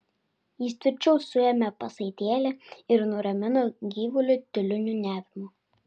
jis tvirčiau suėmė pasaitėlį ir nuramino gyvulį tyliu niūniavimu